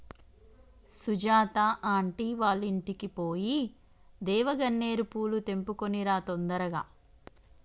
Sujatha aunty వాళ్ళింటికి పోయి దేవగన్నేరు పూలు తెంపుకొని రా తొందరగా